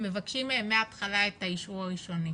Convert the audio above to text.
מבקשים מהם מהתחלה את האישור הראשוני.